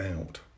out